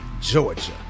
Georgia